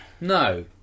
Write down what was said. No